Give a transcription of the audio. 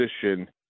position